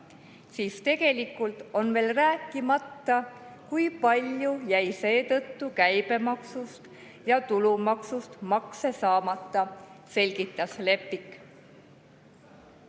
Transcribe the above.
siis tegelikult on veel rääkimata, kui palju jäi seetõttu käibemaksust ja tulumaksust makse saamata," selgitas Leppik.